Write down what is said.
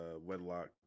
wedlock